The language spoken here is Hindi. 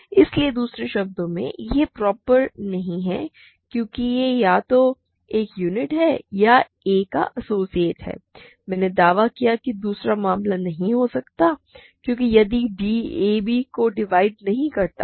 इसलिए दूसरे शब्दों में यह प्रॉपर नहीं है क्योंकि या तो यह एक यूनिट है या यह a का एसोसिएट है मैंने दावा किया कि दूसरा मामला नहीं हो सकता क्योंकि यदि d a b को डिवाइड नहीं करता है